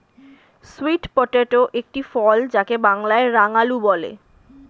sweet potato একটি ফল যাকে বাংলায় রাঙালু বলে